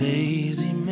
Daisy